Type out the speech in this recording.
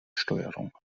steuerung